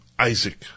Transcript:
Isaac